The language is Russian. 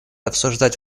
обсуждать